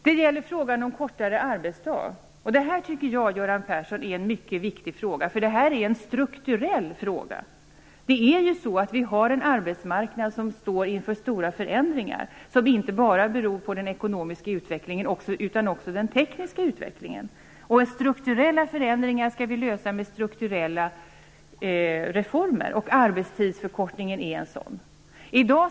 Det gäller frågan om kortare arbetsdag, som är en mycket viktig strukturell fråga, Göran Persson. Arbetsmarknaden står inför stora förändringar som inte bara beror på den ekonomiska utvecklingen utan också på den tekniska utvecklingen. Strukturella förändringar skall genomföras med strukturella reformer. Arbetstidsförkortning är en sådan förändring.